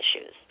issues